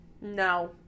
No